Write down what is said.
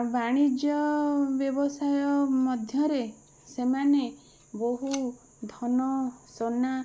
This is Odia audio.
ବାଣିଜ୍ୟ ବ୍ୟବସାୟ ମଧ୍ୟରେ ସେମାନେ ବହୁ ଧନ ସୁନା